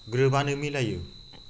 ग्रोबआनो मिलायो